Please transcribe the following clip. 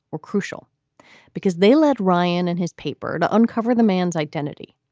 were crucial because they let ryan and his paper to uncover the man's identity.